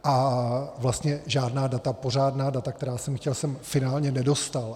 A vlastně žádá data, pořádná data, která jsem chtěl, jsem finálně nedostal.